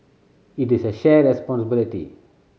it is a shared responsibility